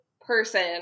person